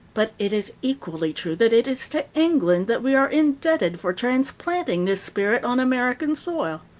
but it is equally true that it is to england that we are indebted for transplanting this spirit on american soil.